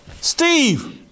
Steve